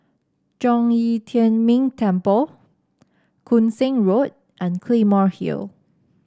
Zhong Yi Tian Ming Temple Koon Seng Road and Claymore Hill